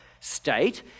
state